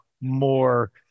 more